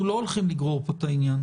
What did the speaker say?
אנחנו לא הולכים לגרור פה את העניין.